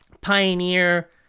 Pioneer